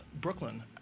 Brooklyn